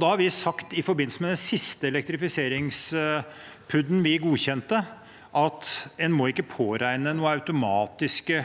Da har vi sagt, i forbindelse med den siste elektrifiserings-PUD-en vi godkjente, at en ikke må påregne noen automatiske